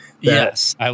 Yes